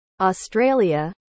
Australia